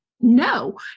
no